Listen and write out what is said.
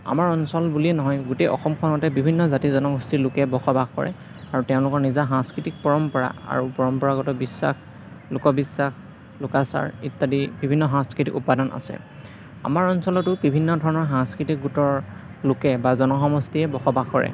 আমাৰ অঞ্চল বুলিয়েই নহয় গোটেই অসমখনতে বিভিন্ন জাতি জনগোষ্ঠীৰ লোকে বসবাস কৰে আৰু তেওঁলোকৰ নিজা সাংস্কৃতিক পৰম্পৰা আৰু পৰম্পৰাগত বিশ্বাস লোকবিশ্বাস লোকাচাৰ ইত্যাদি বিভিন্ন সাংস্কৃতিক উপাদান আছে আমাৰ অঞ্চলতো বিভিন্ন ধৰণৰ সাংস্কৃতিক গোটৰ লোকে বা জনসমষ্টিয়ে বসবাস কৰে